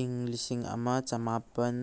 ꯏꯪ ꯂꯤꯁꯤꯡ ꯑꯃ ꯆꯃꯥꯄꯜ